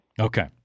Okay